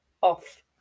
Off